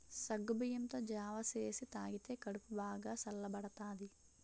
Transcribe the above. సగ్గుబియ్యంతో జావ సేసి తాగితే కడుపు బాగా సల్లబడతాది